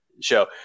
show